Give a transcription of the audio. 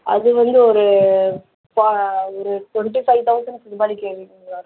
அது வந்து ஒரு ஃப ஒரு ட்வெண்ட்டி ஃபைவ் தௌசண்ட் வருங்களா